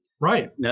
Right